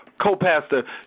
co-pastor